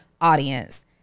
audience